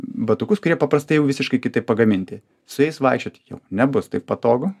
batukus kurie paprastai jau visiškai kitaip pagaminti su jais vaikščioti jau nebus taip patogu